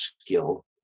skill